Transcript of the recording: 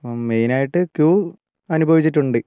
main ആയിട്ട് queue അനുഭവിച്ചിട്ടുണ്ട്